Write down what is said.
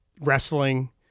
Wrestling